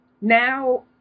now